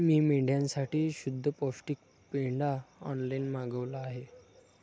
मी मेंढ्यांसाठी शुद्ध पौष्टिक पेंढा ऑनलाईन मागवला आहे